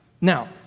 Now